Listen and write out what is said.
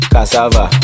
Cassava